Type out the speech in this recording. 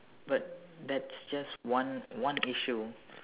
but that's just one one issue